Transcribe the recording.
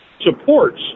supports